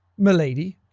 m'lady.